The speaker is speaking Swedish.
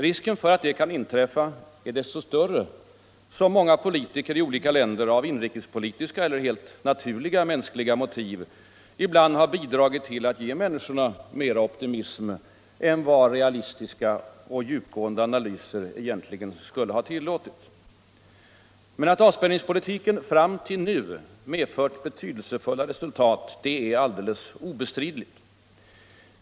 Risken för att detta kan inträffa är desto större som många politiker i olika länder av inrikespolitiska eller helt naturliga mänskliga motiv ibland har bidragit till att inge människorna mer optimism än vad realistiska och djupgående analyser egentligen skulle ha tillåtit. Men att avspänningspolitiken fram till nu medfört betydelsefulla resultat är alldeles obestridligt.